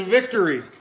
victory